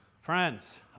friends